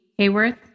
Hayworth